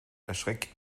erschreckt